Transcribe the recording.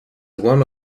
one